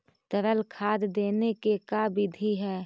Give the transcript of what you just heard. तरल खाद देने के का बिधि है?